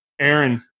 Aaron